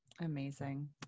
Amazing